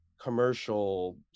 commercial